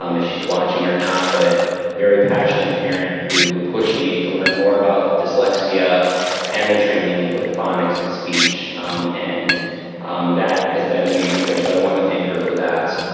um if she's watching or not but very passionate parent who pushed me to learn more about dyslexia and the training with phonics and speech and that has been a major push so i wanna thank her for that.